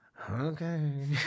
Okay